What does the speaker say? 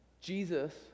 Jesus